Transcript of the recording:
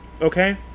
Okay